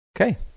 Okay